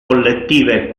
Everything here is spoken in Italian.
collettive